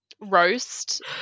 roast